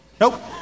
nope